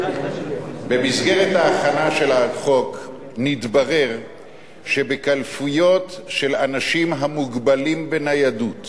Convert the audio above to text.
במסגרת ההכנה של החוק נתברר שבקלפיות של אנשים המוגבלים בניידות